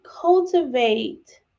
cultivate